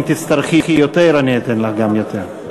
אם תצטרכי יותר אני אתן לך גם יותר.